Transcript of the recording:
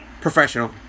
Professional